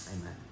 Amen